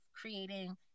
creating